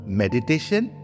meditation